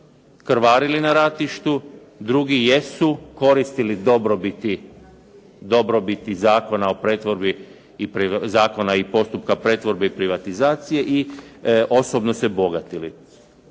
krvarili na ratištu, drugi jesu koristili dobrobiti Zakona i postupka pretvorbe i privatizacije i osobno se bogatili.